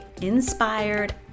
inspired